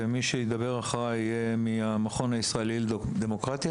ומי שידבר אחריי יהיה מהמכון הישראלי לדמוקרטיה.